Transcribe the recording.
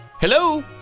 Hello